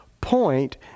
point